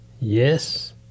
Yes